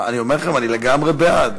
אני אומר לכם, אני לגמרי בעד.